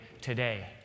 today